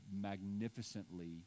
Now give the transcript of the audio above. magnificently